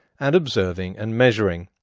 and observing and measuring.